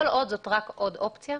כל עוד זאת רק עוד אופציה,